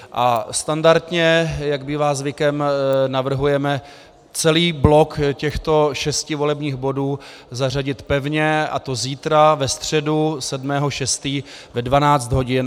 A standardně, jak bývá zvykem, navrhujeme celý blok těchto šesti volebních bodů zařadit pevně, a to zítra, ve středu 7. 6. ve 12.45 hodin.